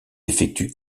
effectue